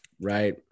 Right